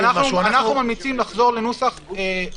לפעמים אנחנו מעסיקים עשרות